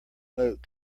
note